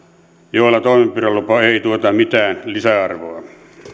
joilla toimenpidelupa ei tuota mitään lisäarvoa